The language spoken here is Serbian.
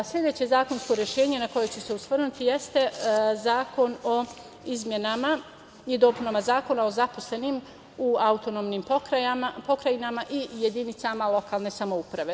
Sledeće zakonsko rešenje na koje ću se osvrnuti jeste Zakon o izmenama i dopunama Zakona o zaposlenim u autonomnim pokrajinama i jedinicama lokalne samouprave.